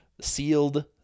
sealed